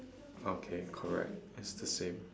okay correct it's the same